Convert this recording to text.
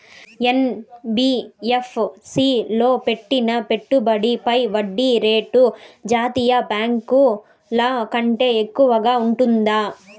NBFC లో పెట్టిన పెట్టుబడి పై వడ్డీ రేటు జాతీయ బ్యాంకు ల కంటే ఎక్కువగా ఉంటుందా?